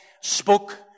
spoke